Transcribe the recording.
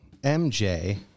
MJ